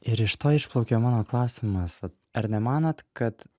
ir iš to išplaukia mano klausimas vat ar nemanot kad